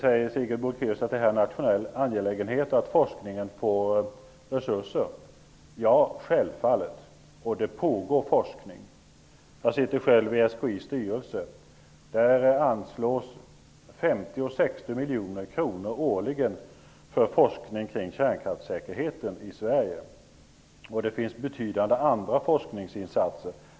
Sigrid Bolkéus säger också att det här är en nationell angelägenhet och att forskningen måste få resurser. Ja, självfallet. Det pågår också forskning. Jag sitter själv i SKI:s styrelse. Där anslås 50--60 miljoner kronor årligen för forskning kring kärnkraftssäkerheten i Sverige. Det finns också andra betydande forskningsinsatser.